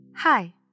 Hi